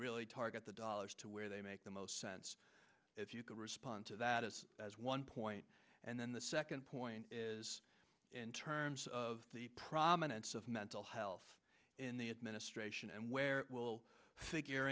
really target the dollars to where they make the most sense if you can respond to that is one point and then the second point is in terms of the prominence of mental health in the administration and where it will figure